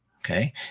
Okay